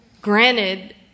granted